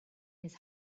his